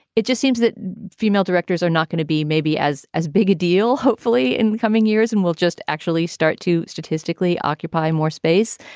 it just seems that female directors are not going to be maybe as as big a deal hopefully in coming years and we'll just actually start to statistically occupy more space.